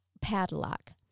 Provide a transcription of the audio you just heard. padlock